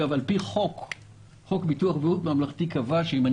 חוק ביטוח בריאות ממלכתי קבע שאם אני